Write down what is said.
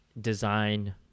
design